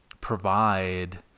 provide